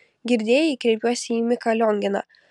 girdėjai kreipiuosi į miką lionginą